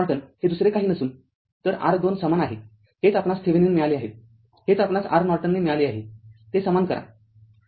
तर R Norton हे दुसरे काही नसून तर R२ समान आहे हेच आपणास थेविनिनने मिळाले आहे हेच आपणास R नॉर्टनने मिळाले आहे ते समान आहे